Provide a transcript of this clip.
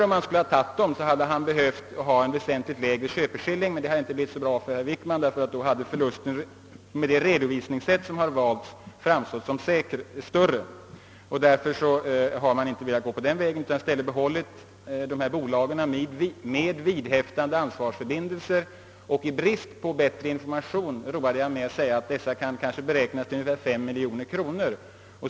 Om han skulle ha övertagit dem skulle köpskillingen ha blivit väsentligt lägre, och det hade inte varit så bra för herr Wickman, eftersom förlusten då med det redovisningssätt som valts hade framstått som större. Därför har man inte velat gå den vägen utan behållit bolagen inom Duroxkoncernen med vidhäftade ansvarsförbindelser. I brist på bättre information sade jag att de framtida förlusterna kanske kan beräknas till ungefär 5 miljoner kronor.